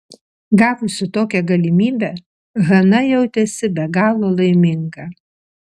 gavusi tokią galimybę hana jautėsi be galo laiminga